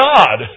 God